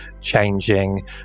changing